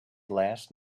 last